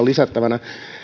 lisättävänä